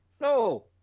No